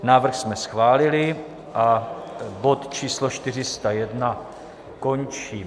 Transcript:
Návrh jsme schválili a bod číslo 401 končí.